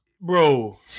Bro